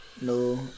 No